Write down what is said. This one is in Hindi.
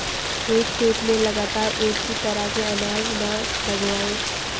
एक खेत में लगातार एक ही तरह के अनाज न लगावें